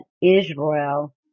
Israel